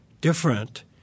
different